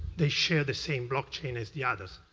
they share the same blockchain as the others.